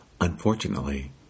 unfortunately